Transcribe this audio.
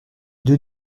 deux